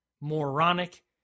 moronic